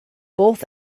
both